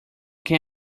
can